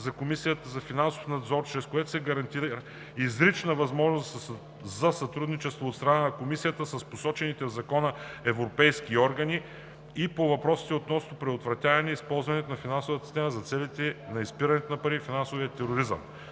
за Комисията за финансов надзор, чрез което се гарантира изрично възможността за сътрудничество от страна на Комисията с посочените в Закона европейски органи и по въпросите относно предотвратяване използването на финансовата система за целите на изпирането на пари и финансирането на тероризма.